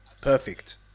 perfect